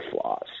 flaws